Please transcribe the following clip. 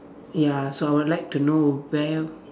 ya so I would like to know where